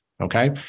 Okay